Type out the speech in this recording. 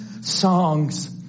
songs